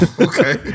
okay